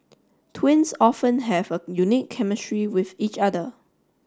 twins often have a unique chemistry with each other